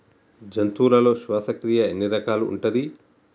జంతువులలో శ్వాసక్రియ ఎన్ని రకాలు ఉంటది?